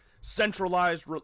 centralized